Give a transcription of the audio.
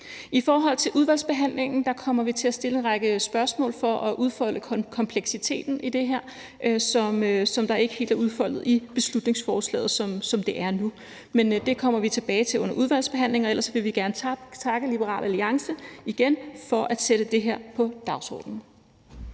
I forhold til udvalgsbehandlingen kommer vi til at stille en række spørgsmål for at udfolde kompleksiteten i det her, som ikke helt er udfoldet i beslutningsforslaget, som det er nu. Men det kommer vi tilbage til under udvalgsbehandlingen, og ellers vil vi gerne takke Liberal Alliance igen for at sætte det her på dagsordenen.